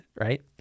right